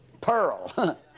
pearl